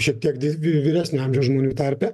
šiek tiek di vyresnio amžiaus žmonių tarpe